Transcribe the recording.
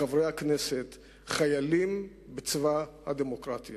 חברי הכנסת, חיילים בצבא הדמוקרטיה.